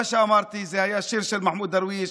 מה שאמרתי זה היה שיר של מחמוד דרוויש.